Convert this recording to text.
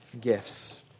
gifts